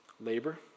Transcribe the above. labor